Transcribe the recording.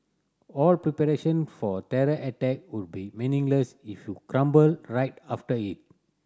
all preparation for a terror attack would be meaningless if you crumble right after it